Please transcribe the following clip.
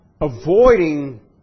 avoiding